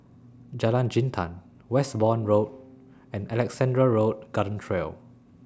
Jalan Jintan Westbourne Road and Alexandra Road Garden Trail